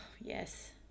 yes